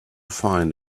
find